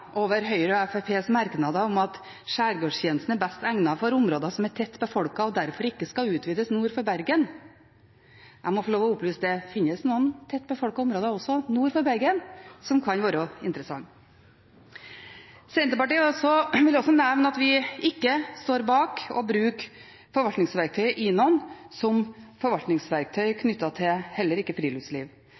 over Høyre og Fremskrittspartiets merknader om at Skjærgårdstjenesten er «best egnet for områder som er tett befolket» og derfor ikke skal utvides nord for Bergen. Jeg må få lov til å opplyse om at det finnes noen tett befolkede områder også nord for Bergen som kan være interessante! Så vil jeg også nevne at Senterpartiet ikke står bak å bruke INON som forvaltningsverktøy, heller ikke knyttet til friluftsliv.